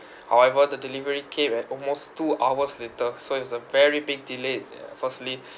however the delivery came at almost two hours later so it's a very big delayed ya firstly